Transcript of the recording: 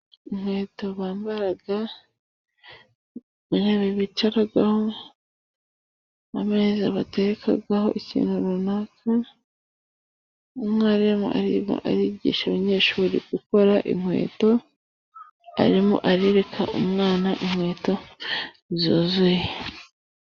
Inkweto bambara, intebe bicaraho, ameza baterekaho ikintu runaka. Umwarimu arimo arigisha abanyeshuri gukora inkweto arimo arereka umwana inkweto zuzuye.